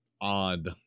odd